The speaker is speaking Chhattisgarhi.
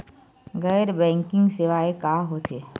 गैर बैंकिंग सेवाएं का होथे?